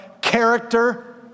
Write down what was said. Character